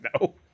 No